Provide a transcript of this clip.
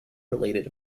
related